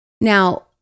Now